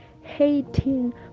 hating